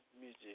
music